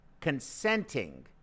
consenting